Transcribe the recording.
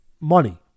money